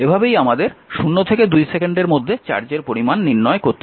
এভাবেই আমাদের 0 থেকে 2 সেকেন্ডের মধ্যে চার্জের পরিমান নির্ণয় করতে হবে